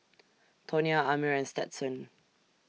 Tonya Amir and Stetson